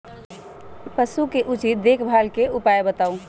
पशु के उचित देखभाल के उपाय बताऊ?